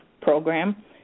program